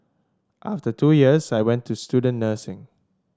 after two years I went to student nursing